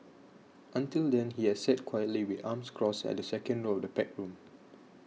until then he had sat quietly with arms crossed at the second row of the packed room